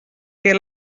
què